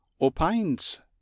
opines